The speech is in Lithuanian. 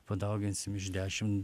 padauginsim iš dešim